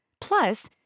Plus